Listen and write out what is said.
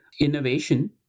innovation